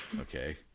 Okay